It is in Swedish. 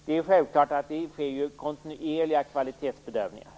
Fru talman! Det är självklart att det sker kontinuerliga kvalitetsbedömningar.